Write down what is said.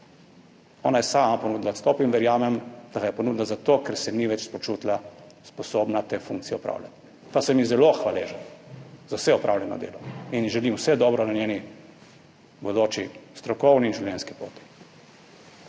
Ona je sama ponudila odstop in verjamem, da ga je ponudila zato, ker se ni več počutila sposobna te funkcije opravljati. Pa sem ji zelo hvaležen za vse opravljeno delo in ji želim vse dobro na njeni bodoči strokovni in življenjski poti.